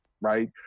right